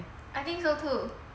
I think so too